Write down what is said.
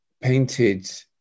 painted